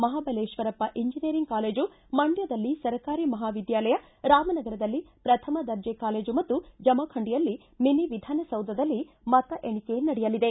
Mahabaleshwarappa engineering college ಮಂಡ್ಕದಲ್ಲಿ ಸರ್ಕಾರಿ ಮಹಾವಿದ್ದಾಲಯ ರಾಮನಗರದಲ್ಲಿ ಶ್ರಥಮ ದರ್ಜೆ ಕಾಲೇಜು ಮತ್ತು ಜಮಖಂಡಿಯಲ್ಲಿ ಮಿನಿವಿಧಾನಸೌಧದಲ್ಲಿ ಮತ ಎಣಿಕೆ ನಡೆಯಲಿದೆ